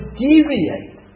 deviate